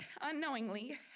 unknowingly